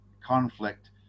conflict